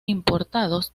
importados